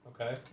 Okay